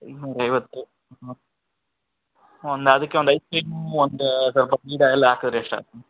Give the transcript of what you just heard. ಇನ್ನೂರು ಐವತ್ತು ಹಾಂ ಒಂದು ಅದಕ್ಕೆ ಒಂದು ಐಸ್ ಕ್ರೀಮು ಒಂದು ಸ್ವಲ್ಪ ಬೀಡಾ ಎಲ್ಲ ಹಾಕಿದ್ರೆ ಎಷ್ಟು ಆಗತ್ತೆ ಮೇಡಮ್